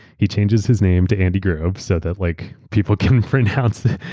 he changes his name to andy grove so that like people can pronounce it.